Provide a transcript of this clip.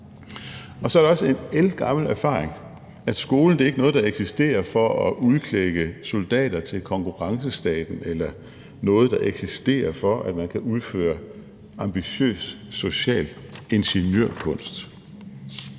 Og så er det også en ældgammel erfaring, at skolen ikke er noget, der eksisterer for at udklække soldater til konkurrencestaten, eller noget, der eksisterer, for at man kan udføre ambitiøs, social ingeniørkunst.